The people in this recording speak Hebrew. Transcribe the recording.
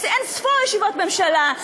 אין-ספור ישיבות ממשלה,